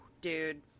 dude